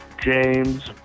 James